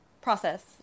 process